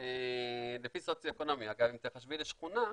לפי סוציואקונומי, אגב, אם תחשבי לשכונה,